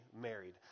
married